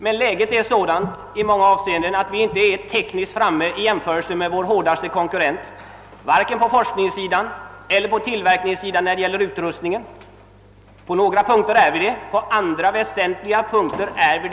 Men läget nu är sådant att vi i många avseenden inte ligger tillräckligt långt framme rent tekniskt i jämförelse med vår hårdaste konkurrent vare sig på forskningseller tillverkningssidan. På några punkter ligger vi väl framme på andra inte.